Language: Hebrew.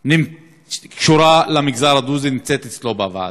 שקשורה למגזר הדרוזי אצלו בוועדה.